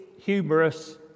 humorous